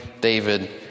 David